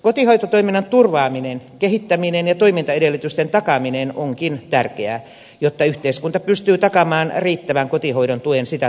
kotihoitotoiminnan turvaaminen kehittäminen ja toimintaedellytysten takaaminen onkin tärkeää jotta yhteiskunta pystyy takaamaan riittävän kotihoidon tuen sitä tarvitseville